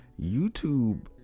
youtube